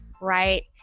right